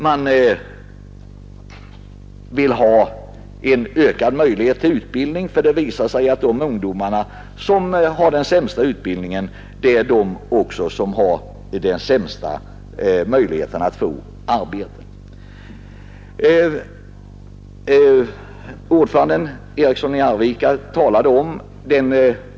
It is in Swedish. Man vill ha ökad möjlighet till utbildning; det visar sig att de ungdomar som har den sämsta utbildningen också har de sämsta möjligheterna att få arbete.